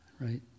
right